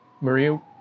Maria